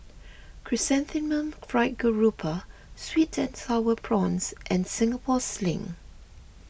Chrysanthemum Fried Garoupa Sweet and Sour Prawns and Singapore Sling